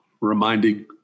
reminding